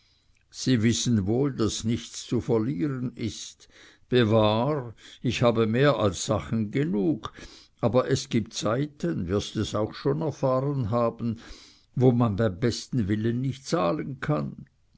sie wissen wohl daß nichts zu verlieren ist bewahr ich habe mehr als sachen genug aber es gibt zeiten wirst es auch schon erfahren haben wo man beim besten willen nicht zahlen kann